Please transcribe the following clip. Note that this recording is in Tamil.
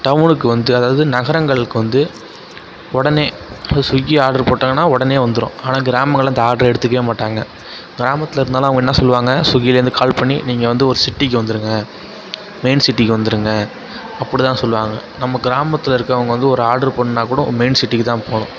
டவுனுக்கு வந்து அதாவது நகரங்களுக்கு வந்து உடனே இப்போ சுக்கி ஆட்ரு போட்டாங்கன்னா உடனே வந்துடும் ஆனால் கிராமங்களில் அந்த ஆடர எடுத்துக்க மாட்டாங்க கிராமத்தில் இருந்தாலும் அவங்க என்ன சொல்வாங்க சுக்கியில் இருந்து கால் பண்ணி நீங்கள் வந்து ஒரு சிட்டிக்கு வந்துடுங்க மெயின் சிட்டிக்கு வந்துடுங்க அப்டிதான் சொல்வாங்க நம்ம கிராமத்தில் இருக்கவங்க வந்து ஒரு ஆட்ரு பண்ணாக்கூட மெயின் சிட்டிக்குத்தான் போகணும்